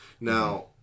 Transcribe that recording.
Now